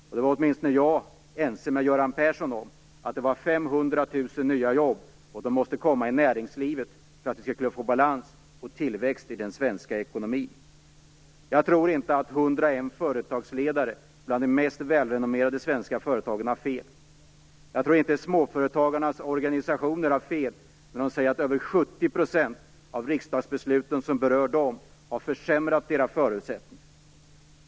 Jag är åtminstone ense med Göran Persson om att det behövs 500 000 nya jobb, som måste komma i näringslivet, för att det skall kunna bli balans och tillväxt i den svenska ekonomin. Jag tror inte att 101 företagsledare från de mest välrenommerade svenska företagen har fel. Jag tror inte att småföretagarnas organisationer har fel när de säger att över 70 % av de riksdagsbeslut som berör dem har försämrat deras förutsättningar.